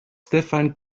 stephan